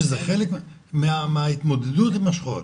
שזה חלק מההתמודדות עם השכול,